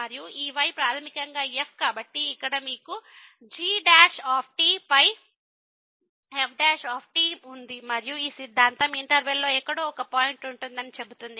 మరియు ఈ y ప్రాథమికంగా f కాబట్టి ఇక్కడ మీకు g పై f ఉంది మరియు ఈ సిద్ధాంతం ఇంటర్వెల్ లో ఎక్కడో ఒక పాయింట్ ఉంటుందని చెబుతుంది